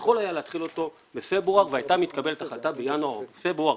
יכול היה להתחיל אותו בפברואר והייתה מתקבלת החלטה בינואר או בפברואר.